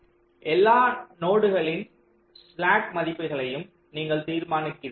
எனவே எல்லா நோடுகளின் ஸ்லாக் மதிப்புகளையும் நீங்கள் தீர்மானிக்கிறீர்கள்